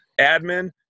Admin